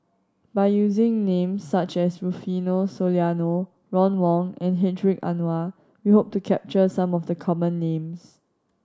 by using names such as Rufino Soliano Ron Wong and Hedwig Anuar we hope to capture some of the common names